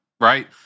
Right